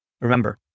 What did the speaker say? Remember